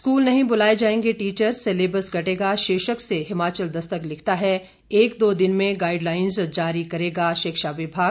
school नहीं बुलाए जाएंगे टीचर सिलेबस कटेगा शीर्षक से हिमाचल दस्तक लिखता है एक दो दिन में गाइडलाइंस जारी करेगा शिक्षा विभाग